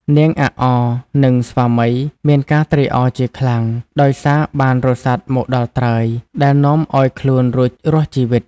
នាងអាក់អរ និង ស្វាមី មានការត្រេកអរជាខ្លាំងដោយសារបានរសាត់មកដល់ត្រើយ ដែលនាំឲ្យខ្លួនរួចរស់ជីវិត។